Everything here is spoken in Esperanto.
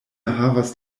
havas